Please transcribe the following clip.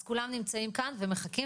אז כולם נמצאים כאן ומחכים.